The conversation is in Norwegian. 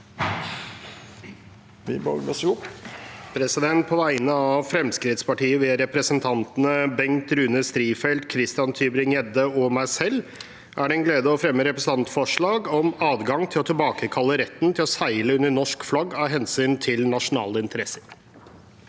På vegne av Frem- skrittspartiet, ved representantene Bengt Rune Strifeldt, Christian Tybring-Gjedde og meg selv, er det en glede å fremme et representantforslag om adgang til å tilbakekalle retten til å seile under norsk flagg av hensyn til nasjonale interesser.